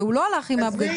והוא לא הלך עם זה.